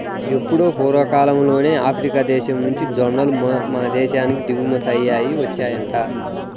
ఎప్పుడో పూర్వకాలంలోనే ఆఫ్రికా దేశం నుంచి జొన్నలు మన దేశానికి దిగుమతయ్యి వచ్చాయంట